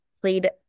played